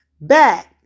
back